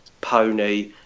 pony